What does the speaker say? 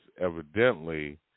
evidently